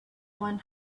one